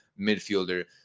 midfielder